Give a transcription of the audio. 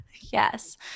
Yes